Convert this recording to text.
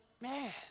man